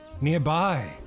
nearby